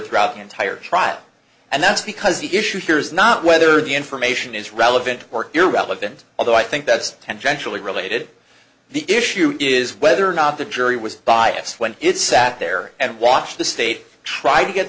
throughout the entire trial and that's because the issue here is not whether the information is relevant or irrelevant although i think that's tangentially related the issue is whether or not the jury was biased when it sat there and watched the state try to get